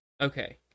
Okay